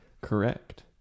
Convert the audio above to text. correct